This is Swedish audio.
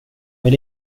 vill